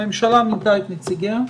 הממשלה מינתה את נציגיה,